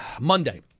Monday